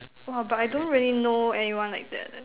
!wah! but I don't really know anyone like that leh